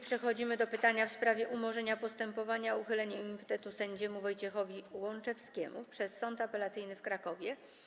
Przechodzimy do pytania w sprawie umorzenia postępowania o uchylenie immunitetu sędziemu Wojciechowi Łączewskiemu przez Sąd Apelacyjny w Krakowie.